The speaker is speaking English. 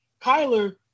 Kyler